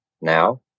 now